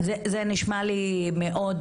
זה נשמע לי מאוד